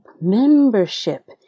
membership